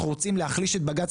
אנחנו רוצים להחליש את בג"צ,